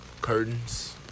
curtains